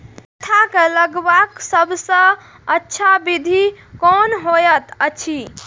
Mentha के लगवाक सबसँ अच्छा विधि कोन होयत अछि?